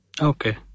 Okay